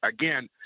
Again